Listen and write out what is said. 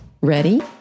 Ready